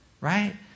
right